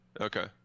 Okay